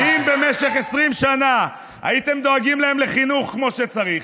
אם במשך 20 שנה הייתם דואגים להם לחינוך כמו שצריך,